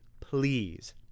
Please